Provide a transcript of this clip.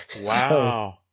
Wow